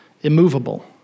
immovable